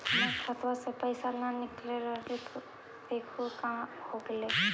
हमर खतवा से पैसा न निकल रहले हे देखु तो का होगेले?